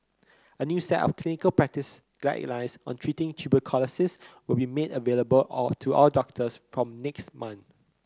a new set of clinical practice guidelines on treating tuberculosis will be made available all to all doctors from next month